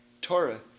Torah